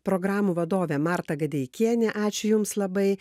programų vadovė marta gadeikienė ačiū jums labai